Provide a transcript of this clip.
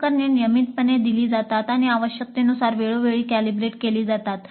उपकरणे नियमितपणे दिली जातात आणि आवश्यकतेनुसार वेळोवेळी कॅलिब्रेट केली जातात